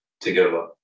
together